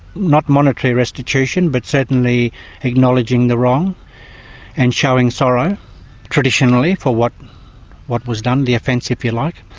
not monetary restitution but certainly acknowledging the wrong and showing sorrow traditionally for what what was done, the offence, if you like.